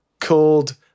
called